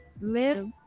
Live